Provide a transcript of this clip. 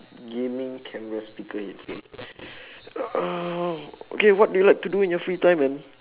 gaming camera speaker headphones uh okay what do you like to do in your free time then